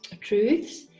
truths